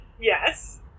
Yes